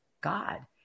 God